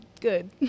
good